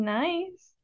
nice